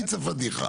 אני אצא פדיחה.